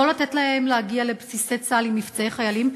לא לתת להם להגיע לבסיסי צה"ל עם מבצעי חיילים,